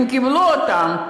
הן קיבלו אותן,